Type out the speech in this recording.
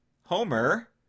Homer